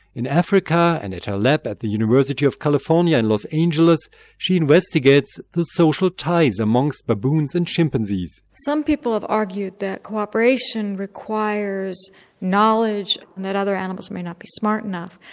in africa and at her lab at the university of california in los angeles she investigates the social ties amongst baboons and chimpanzees. some people have argued that cooperation requires knowledge and that other animals may not be smart enough.